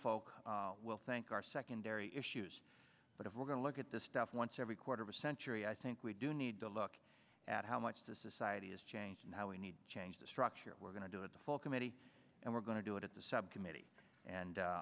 will think our secondary issues but if we're going to look at this stuff once every quarter of a century i think we do need to look at how much the society has changed and how we need to change the structure we're going to do it the full committee and we're going to do it at the subcommittee and